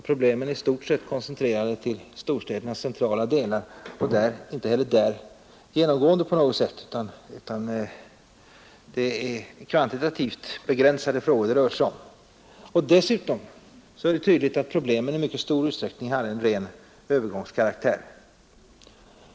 Problemen är i stort sett koncentrerade till storstädernas centralare delar, och inte heller där är de genomgående på något vis. Dessutom är det tydligt att problemen i mycket stor utsträckning har ren övergångskaraktär.